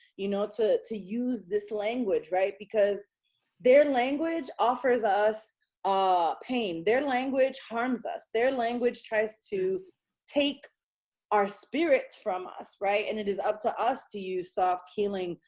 you know, to to use this language. right. because their language offers us all ah pain, their language harms us, their language tries to take our spirits from us. right. and it is up to us to use soft healing,